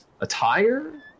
attire